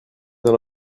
dans